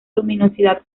luminosidad